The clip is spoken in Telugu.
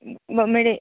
బొమ్మిడి